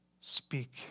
speak